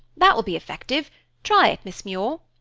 that will be effective try it, miss muir,